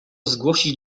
zgłosić